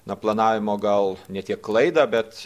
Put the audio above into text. na planavimo gal ne tiek klaidą bet